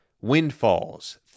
windfalls